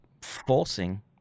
forcing